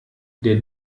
der